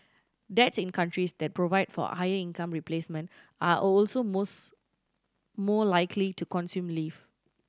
dads in countries that provide for higher income replacement are also most more likely to consume leave